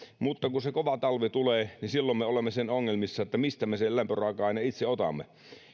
mutta kun se kova talvi tulee niin silloin me olemme siinä ongelmissa mistä me sen lämpöraaka aineen itse otamme